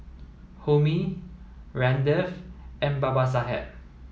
Homi Ramdev and Babasaheb